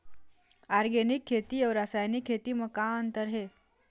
Organic खेती अउ रासायनिक खेती म का अंतर हे?